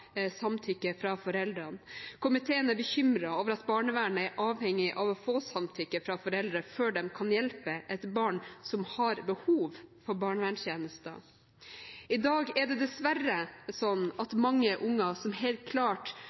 å få samtykke fra foreldrene før de kan hjelpe et barn som har behov for barnevernstjenester. I dag er det dessverre slik at mange unger som